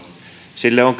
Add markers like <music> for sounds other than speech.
sille on <unintelligible>